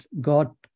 God